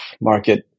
market